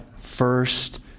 first